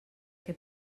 que